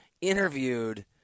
interviewed